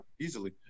easily